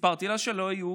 סיפרתי לה, היו